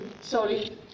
sorry